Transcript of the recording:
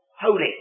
holy